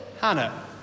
Hannah